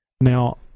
Now